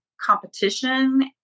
competition